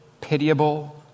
pitiable